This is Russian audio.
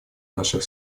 наших